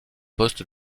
poste